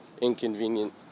inconvenient